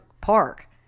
park